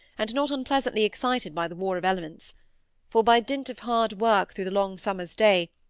and not unpleasantly excited by the war of elements for, by dint of hard work through the long summer's day,